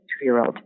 two-year-old